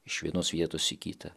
iš vienos vietos į kitą